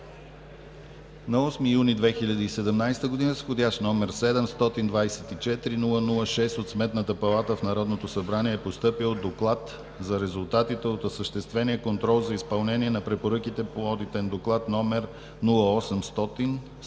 На 8 юни 2017 г. с вх. № 724-00-6 от Сметната палата в Народното събрание е постъпил Доклад за резултатите от осъществения контрол за изпълнение на препоръките по Одитен доклад № 0800100214